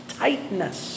tightness